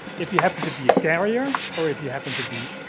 if you happen to be a carrier or if you happen to be,